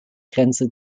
grenze